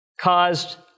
caused